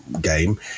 game